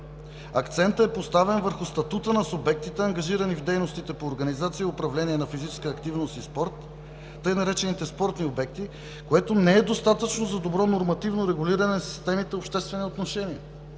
Акцентът е поставен върху статута на субектите, ангажирани в дейностите по организация и управление на физическа активност и спорт, така наречените „спортни обекти“, което не е достатъчно за добро нормативно регулиране на системите обществени отношения.